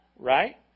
Right